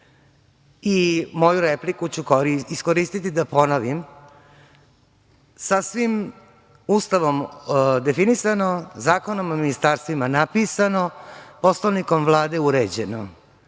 Moju repliku ću iskoristiti da ponovim, sasvim Ustavom definisano, Zakonom o ministarstvima napisano, Poslovnikom Vlade uređeno